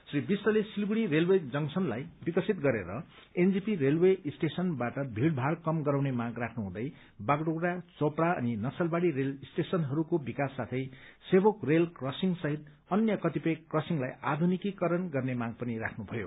श्री विष्टले सिलगढ़ी रेलवे जंकसनलाई विकसित गरेर एनजेपी रेलवे स्टेशनबाट भीड़भाड़ कम गराउने माग राख्नु हुँदै बाघडोप्रा चोपड़ा अनि नक्सलबाड़ी रेल स्टेशनहरूको विकास साथै सेमोक रेल क्रसिंग सहित अन्य कतिपय क्रसिंगलाई आधुनिकीकरण गर्ने पनि माग राख्नुभयो